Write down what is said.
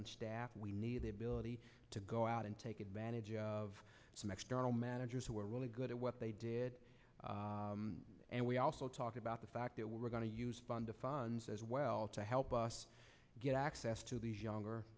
have we need the ability to go out and take advantage of some external managers who are really good at what they did and we also talk about the fact that we're going to use fund of funds as well to help us get access to the younger